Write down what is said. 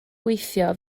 gweithio